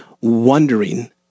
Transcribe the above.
wondering